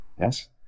Yes